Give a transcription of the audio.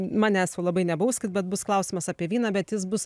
manęs jau labai nebauskit bet bus klausimas apie vyną bet jis bus